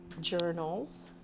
journals